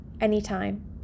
anytime